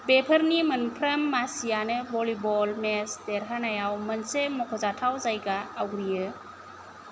बेफोरनि मोनफ्रोम मासियानो भलिबल मेच देरहानायाव मोनसे मखजाथाव जायगा आवग्रियो